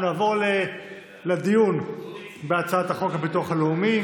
נעבור לדיון בהצעת חוק הביטוח הלאומי.